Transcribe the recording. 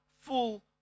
full